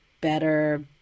better